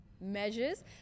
measures